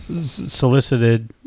solicited